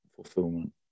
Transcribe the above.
Fulfillment